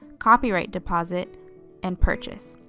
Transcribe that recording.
copyright deposit and purchase.